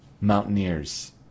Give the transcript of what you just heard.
Mountaineers